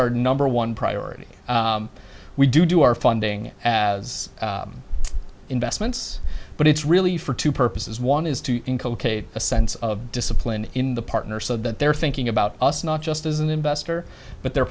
our number one priority we do our funding as investments but it's really for two purposes one is to a sense of discipline in the partner so that they're thinking about us not just as an investor but their